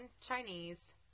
Chinese